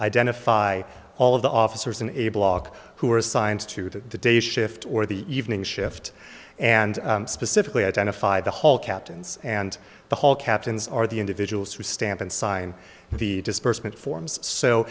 identify all of the officers in a block who were assigned to the day shift or the evening shift and specifically identify the hall captains and the hall captains are the individuals who stamp and sign the disbursement forms so